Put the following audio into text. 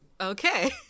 Okay